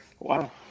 wow